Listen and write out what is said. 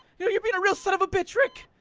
you know you're being a real son of a bitch rick,